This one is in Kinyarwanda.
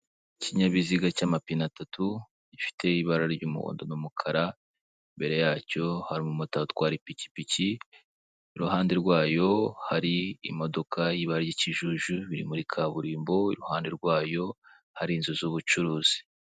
Ikinyabiziga cy'amapine atatu gifite ibara ry'umuhondo n'umukara, imbere yacyo hari umumotari utwara ipikipiki, iruhande rwayo hari imodoka yibara ry'ikijuju iri muri kaburimbo, iruhande rwayo hari inzu z'ubucuruzi.